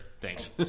Thanks